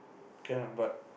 can lah but